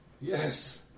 Yes